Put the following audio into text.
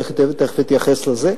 תיכף אתייחס לזה.